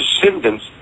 descendants